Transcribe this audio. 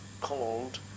called